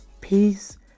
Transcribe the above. peace